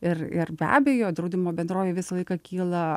ir ir be abejo draudimo bendrovei visą laiką kyla